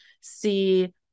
see